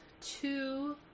two